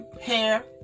Hair